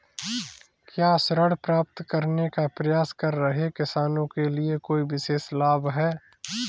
क्या ऋण प्राप्त करने का प्रयास कर रहे किसानों के लिए कोई विशेष लाभ हैं?